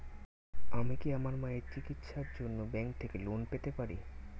আমি কি আমার মায়ের চিকিত্সায়ের জন্য ব্যঙ্ক থেকে লোন পেতে পারি?